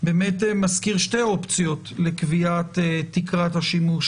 באמת מזכיר שתי אופציות לקביעת תקרת השימוש